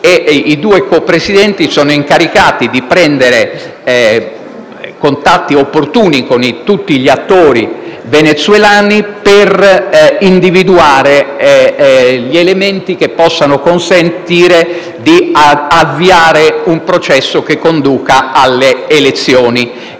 I due co-presidenti sono incaricati di prendere contatti opportuni con tutti gli attori venezuelani per individuare gli elementi che possano consentire di avviare un processo che conduca alle elezioni e